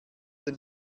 den